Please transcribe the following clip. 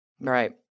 Right